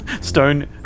stone